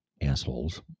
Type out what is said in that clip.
Assholes